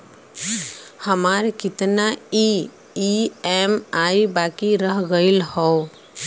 हमार कितना ई ई.एम.आई बाकी रह गइल हौ?